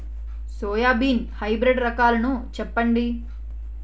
Soybean hybrid రకాలను చెప్పండి?